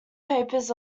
papers